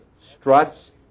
struts